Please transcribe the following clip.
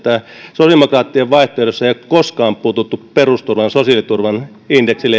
sosiaalidemokraattien vaihtoehdossa ei ole koskaan puututtu perusturvan ja sosiaaliturvan indeksiin